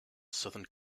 southern